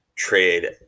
Trade